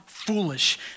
Foolish